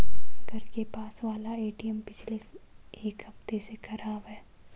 घर के पास वाला एटीएम पिछले एक हफ्ते से खराब है